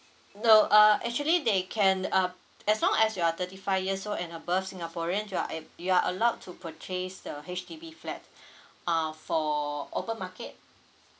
no err actually they can uh as long as you are thirty five years old and above singaporeans you are a~ if you are allowed to purchase the H_D_B flat uh for open market